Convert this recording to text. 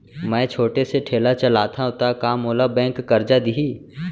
मैं छोटे से ठेला चलाथव त का मोला बैंक करजा दिही?